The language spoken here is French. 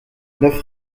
neuf